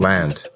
Land